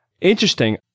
Interesting